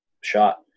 shot